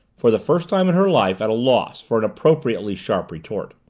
for the first time in her life at a loss for an appropriately sharp retort.